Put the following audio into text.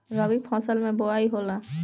रबी फसल मे बोआई होला?